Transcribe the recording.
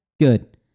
Good